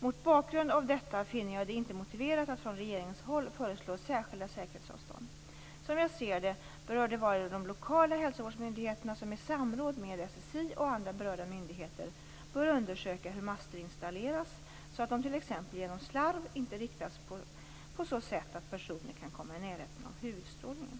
Mot bakgrund av detta finner jag det inte motiverat att från regeringshåll föreslå särskilda säkerhetsavstånd. Som jag ser det bör det vara de lokala hälsovårdsmyndigheterna som i samråd med SSI och andra berörda myndigheter bör undersöka hur master installeras, så att de t.ex. genom slarv inte riktas på så sätt att personer kan komma i närheten av huvudstrålningen.